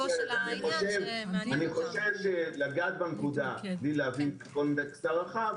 אני חושב שלגעת בנקודה בלי להבין את הקונטקסט הרחב,